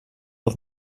auf